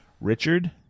Richard